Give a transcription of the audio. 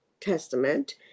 Testament